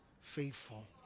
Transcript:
faithful